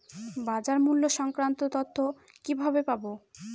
বাজার মূল্য সংক্রান্ত তথ্য কিভাবে পাবো?